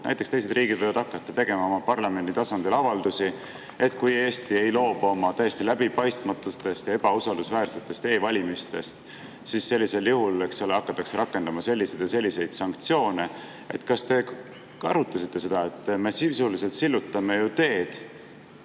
Näiteks, teised riigid võivad hakata tegema parlamendi tasandil avaldusi, et kui Eesti ei loobu oma täiesti läbipaistmatutest ja ebausaldusväärsetest e-valimistest, siis sellisel juhul hakatakse rakendama selliseid ja selliseid sanktsioone. Kas te arutasite seda, et me sisuliselt ju sillutame teed